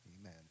amen